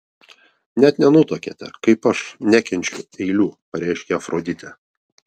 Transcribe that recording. net nenutuokiate kaip aš nekenčiu eilių pareiškė afroditė